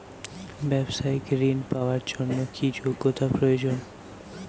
ব্যবসায়িক ঋণ পাওয়ার জন্যে কি যোগ্যতা প্রয়োজন?